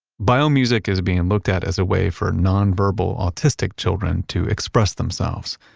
biomusic is being and looked at as a way for nonverbal autistic children to express themselves.